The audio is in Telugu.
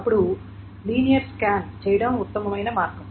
అప్పుడు లీనియర్ స్కాన్ చేయడం ఉత్తమ మార్గం